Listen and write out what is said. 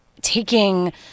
taking